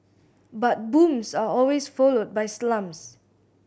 but booms are always followed by slumps